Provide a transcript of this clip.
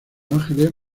ángeles